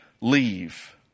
leave